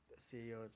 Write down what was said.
CEO